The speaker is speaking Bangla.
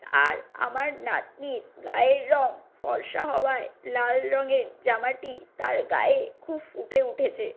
আর আমার নাতনির গায়ের রঙ ফর্সা হওয়ায় লাল রঙের জামাটি তার গায়ে খুব ফুটে উঠেছে